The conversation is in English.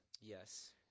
Yes